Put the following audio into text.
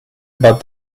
about